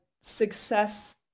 success